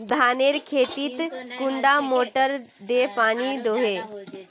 धानेर खेतोत कुंडा मोटर दे पानी दोही?